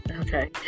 Okay